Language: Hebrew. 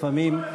לפעמים,